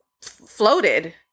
floated